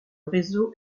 réseau